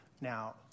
Now